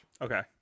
Okay